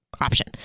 option